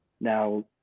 now